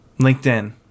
LinkedIn